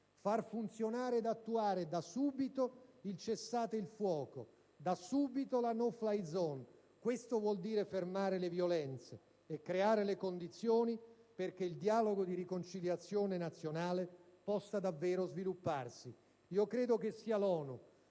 far funzionare ed attuare da subito il cessate il fuoco e la *no-fly zone*; ciò vuol dire fermare le violenze e creare le condizioni affinché il dialogo di riconciliazione nazionale possa davvero svilupparsi. Credo che sia l'ONU